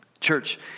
Church